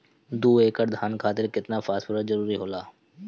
दु एकड़ धान खातिर केतना फास्फोरस के जरूरी होला?